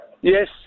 Yes